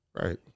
Right